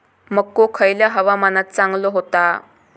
मको खयल्या हवामानात चांगलो होता?